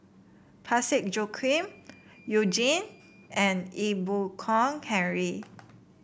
Parsick Joaquim You Jin and Ee Boon Kong Henry